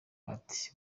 ati